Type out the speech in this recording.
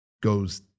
goes